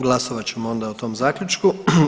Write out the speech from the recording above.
Glasovat ćemo onda o tom zaključku.